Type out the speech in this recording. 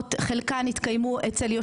כשקליטה ניתנה אז למרצ,